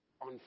on